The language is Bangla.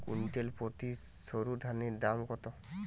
কুইন্টাল প্রতি সরুধানের দাম কত?